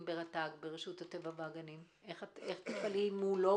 ברשות הטבע והגנים - איך תפעלי מולו,